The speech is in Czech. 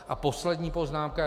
A poslední poznámka.